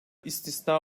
istisna